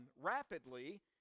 rapidly